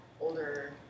older